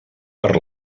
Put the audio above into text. per